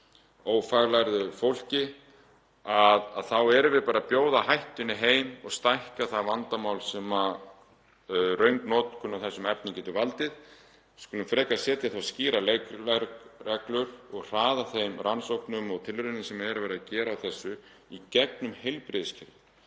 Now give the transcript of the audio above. ófaglærðu fólki þá erum við bara að bjóða hættunni heim og stækka það vandamál sem röng notkun á þessum efnum getur valdið. Við skulum frekar setja skýrar leikreglur og hraða þeim rannsóknum og tilraunum sem er verið að gera með þessi efni í gegnum heilbrigðiskerfið.